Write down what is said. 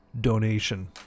donation